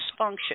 dysfunction